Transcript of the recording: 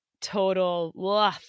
total